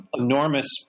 enormous